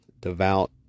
devout